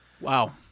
Wow